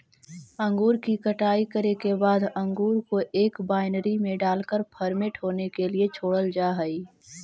अंगूर की कटाई करे के बाद अंगूर को एक वायनरी में डालकर फर्मेंट होने के लिए छोड़ल जा हई